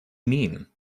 mean